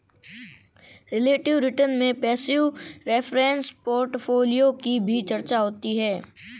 relative return में passive reference portfolio की भी चर्चा होती है